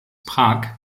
prag